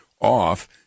off